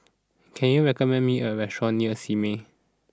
can you recommend me a restaurant near Simei